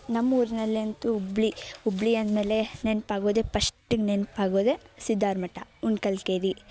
ನಮ್ಮ ಊರಿನಲ್ಲಂತೂ ಹುಬ್ಳಿ ಹುಬ್ಳಿ ಅಂದ ಮೇಲೆ ನೆನಪಾಗೋದೆ ಪಷ್ಟಿಗೆ ನೆನಪಾಗೋದೆ ಸಿದ್ದಾರ ಮಠ ಉಣ್ಕಲ್ಕೆರೆ